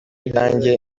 ibyanjye